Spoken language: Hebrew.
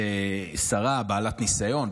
היא שרה בעלת ניסיון,